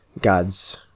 god's